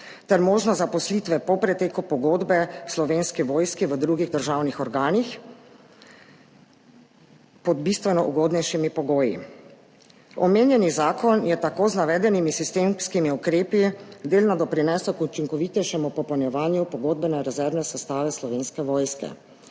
ter možnost zaposlitve po preteku pogodbe Slovenski vojski v drugih državnih organih pod bistveno ugodnejšimi pogoji. Omenjeni zakon je tako z navedenimi sistemskimi ukrepi delno doprinesel k učinkovitejšemu popolnjevanju pogodbene rezervne sestave Slovenske vojske.